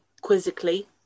Quizzically